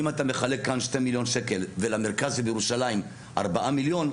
אם אתה מחלק כאן 2 מיליון שקל ולמרכז שבירושלים 4 מיליון,